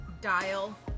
dial